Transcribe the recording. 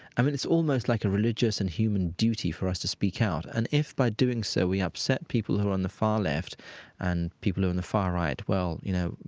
i mean, it's almost like a religious and human duty for us to speak out. and if by doing so, we upset people who are on the far left and people on the far right, well, you know,